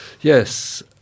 Yes